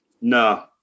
No